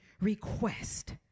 request